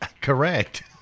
Correct